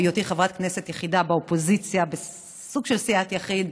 בהיותי חברת כנסת יחידה באופוזיציה בסוג של סיעת יחיד,